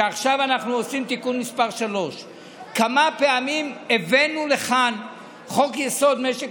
ועכשיו אנחנו עושים תיקון מס' 3. כמה פעמים הבאנו לכאן את חוק-יסוד: משק